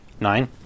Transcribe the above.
Nine